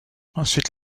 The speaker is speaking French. ensuite